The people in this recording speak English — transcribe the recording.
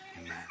Amen